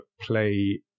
play